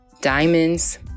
diamonds